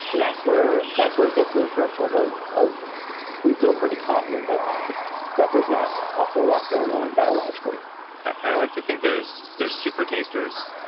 that's where that's where it gets to the threshold of, we feel pretty confident that that there's not a whole lot going on biologically i like to think there's there's super tasters